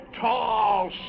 Tall